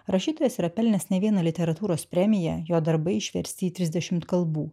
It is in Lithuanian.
rašytojas yra pelnęs ne vieną literatūros premiją jo darbai išversti į trisdešimt kalbų